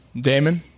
Damon